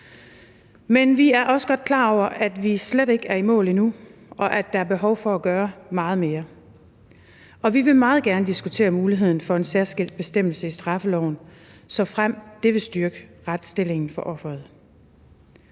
Men vi er også godt klar over, at vi slet ikke er i mål endnu, og at der er behov for at gøre meget mere, og vi vil meget gerne diskutere muligheden for en særskilt bestemmelse i straffeloven, såfremt det vil styrke retsstillingen for offeret.